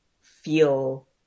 feel